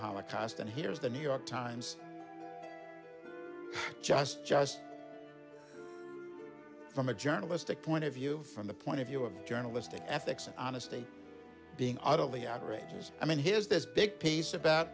holocaust and here is the new york times just just from a journalistic point of view from the point of view of journalistic ethics and honesty being utterly outrageous i mean here's this big piece about